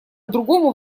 другому